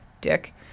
Dick